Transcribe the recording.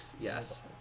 yes